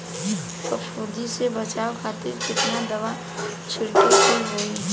फाफूंदी से बचाव खातिर केतना दावा छीड़के के होई?